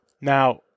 Now